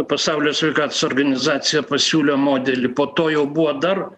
pasaulio sveikatos organizacija pasiūlė modelį po to jau buvo dar